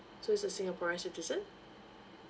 so is a singaporean citizen